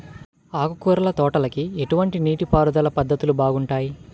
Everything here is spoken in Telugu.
ఆకుకూరల తోటలకి ఎటువంటి నీటిపారుదల పద్ధతులు బాగుంటాయ్?